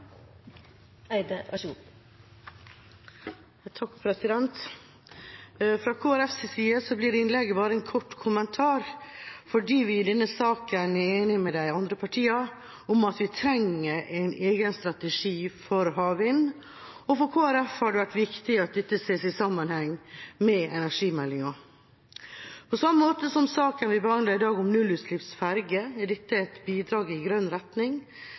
Fra Kristelig Folkepartis side blir innlegget bare en kort kommentar, fordi vi i denne saken er enige med de andre partiene om at vi trenger en egen strategi for havvind, og for Kristelig Folkeparti har det vært viktig at dette ses i sammenheng med energimeldinga. På samme måte som saken vi behandler i dag om nullutslippsferjer, er dette et bidrag i grønn retning.